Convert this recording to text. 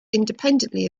independently